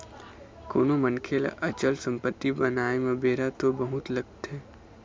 कोनो मनखे ल अचल संपत्ति बनाय म बेरा तो बहुत लगथे